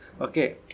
Okay